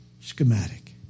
schematic